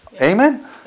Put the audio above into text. Amen